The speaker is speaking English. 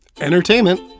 entertainment